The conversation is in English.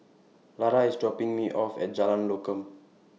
Larae IS dropping Me off At Jalan Lokam